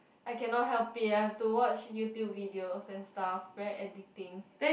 I cannot help it I have to watch YouTube videos and stuff very addicting